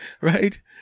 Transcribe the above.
Right